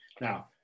Now